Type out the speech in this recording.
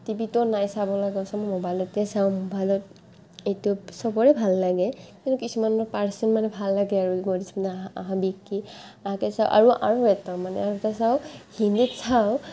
টিভিটো নাই চাব লগা চব মোবাইলতে চাওঁ মোবাইলত ইউটিউব সবৰে ভাল লাগে কিন্তু কিছুমান পাৰ্ছনেল ভাল লাগে আৰু এই মধুস্মিতা বিকী আৰু তাৰপছত আৰু আৰু এটা চাওঁ হিন্দীত চাওঁ